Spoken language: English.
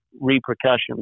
repercussions